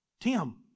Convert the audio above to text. Tim